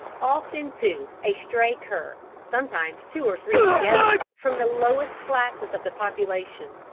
often, too, a stray cur, sometimes two or three together, from the lowest classes of the population,